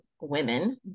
women